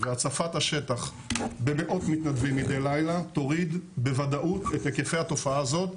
הצפת השטח במאות מתנדבים מדי לילה תוריד בוודאות את היקפי התופעה הזאת.